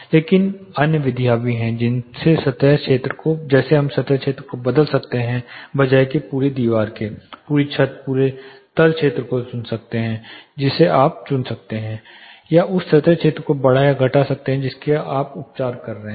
लेकिन ऐसी अन्य विधियाँ हैं जिनसे सतह क्षेत्र को बदल सकते हैं बजाय पूरी दीवार पूरी छत पूरे तल क्षेत्र को चुन सकते हैं जिसे आप चुन सकते हैं या उस सतह क्षेत्र को बढ़ा या घटा सकते हैं जिसका आप उपचार कर रहे हैं